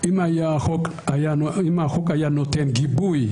אם החוק היה נותן גיבוי